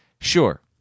Sure